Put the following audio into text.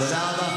טבריה.